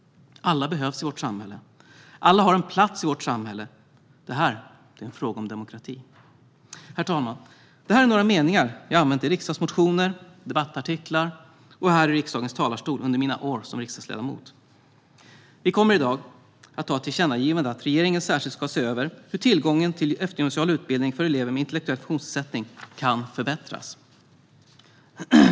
Alla behövs i vårt samhälle. Alla har en plats i vårt samhälle. Det är en fråga om demokrati. Herr talman! Detta är några meningar jag har använt i riksdagsmotioner, debattartiklar och här i riksdagens talarstol under mina år som riksdagsledamot. Vi kommer i dag att anta ett tillkännagivande om att regeringen särskilt ska se över hur tillgången till eftergymnasial utbildning för elever med intellektuell funktionsnedsättning kan förbättras.